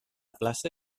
plaça